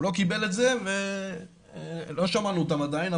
הוא לא קיבל את זה ולא שמענו אותם עדיין,